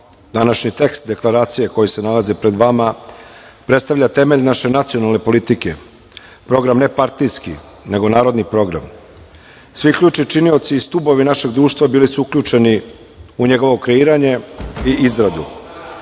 programu. Današnji tekst deklaracije koji se nalazi pred vama predstavlja temelj naše nacionalne politike, program nepartijski nego narodni program. Svi ključni činioci i stubovi našeg društva bili su uključeni u njegovo kreiranje i izradu. Ova